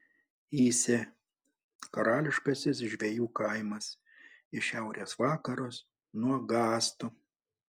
įsė karališkasis žvejų kaimas į šiaurės vakarus nuo gastų